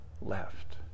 left